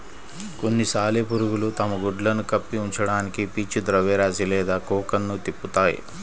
కొన్ని సాలెపురుగులు తమ గుడ్లను కప్పి ఉంచడానికి పీచు ద్రవ్యరాశి లేదా కోకన్ను తిప్పుతాయి